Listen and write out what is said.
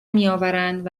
میآورند